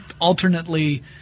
alternately